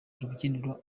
rubyiniro